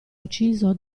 ucciso